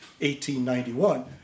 1891